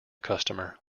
customer